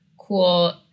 cool